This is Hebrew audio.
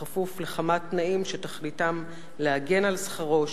כפוף לכמה תנאים שתכליתם להגן על שכרו,